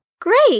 Great